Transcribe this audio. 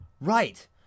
Right